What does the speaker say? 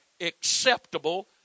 acceptable